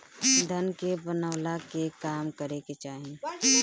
धन के बनवला के काम करे के चाही